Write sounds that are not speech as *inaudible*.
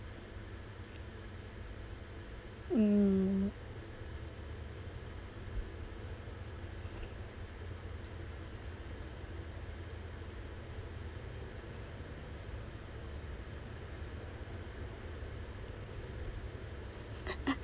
mm *laughs*